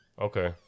Okay